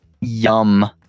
Yum